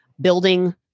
building